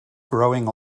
growing